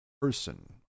person